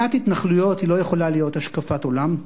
שנאת התנחלויות לא יכולה להיות השקפת עולם,